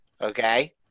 Okay